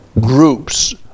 groups